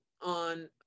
on